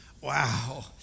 wow